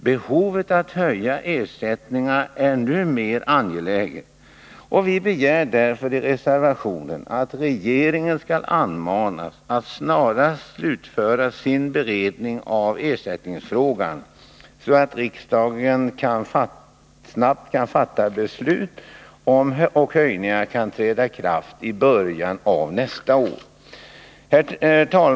Behovet att höja ersättningarna är nu än mer angeläget. Vi begär därför i reservationen att regeringen skall anmanas att snarast slutföra sin beredning av ersättningsfrågan så att riksdagen snabbt kan fatta beslut och höjningarna kan träda i kraft i början av nästa år.